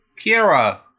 Kira